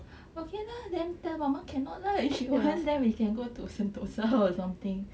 okay lah then tell mama cannot lah if she want then can go to sentosa or something